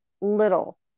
little